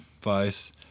vice